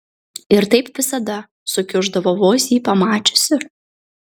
ir taip visada sukiuždavo vos jį pamačiusi